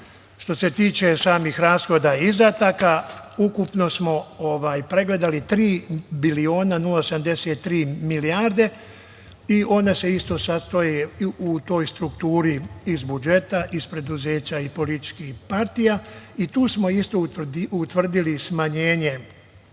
se tiče samih rashoda i izdataka, ukupno smo pregledali tri biliona 0,73 milijarde i one se isto sastoje i u toj strukturi iz budžeta, iz preduzeća i političkih partija i tu smo isto utvrdili smanjenje